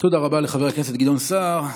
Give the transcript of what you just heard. תודה רבה לחבר הכנסת גדעון סער.